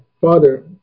Father